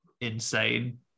insane